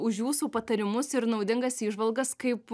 už jūsų patarimus ir naudingas įžvalgas kaip